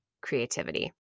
creativity